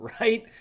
right